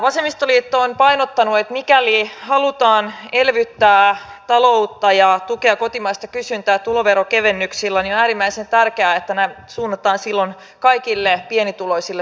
vasemmistoliitto on painottanut että mikäli halutaan elvyttää taloutta ja tukea kotimaista kysyntää tuloveronkevennyksillä niin on äärimmäisen tärkeää että nämä suunnataan silloin kaikille pienituloisille suomalaisille